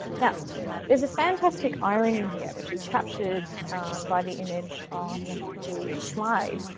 now there's a fantastic irony here which is captured by the image on the slide.